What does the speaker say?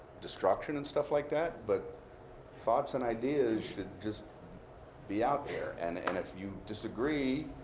destruction and stuff like that. but thoughts and ideas should just be out there. and and if you disagree,